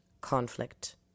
conflict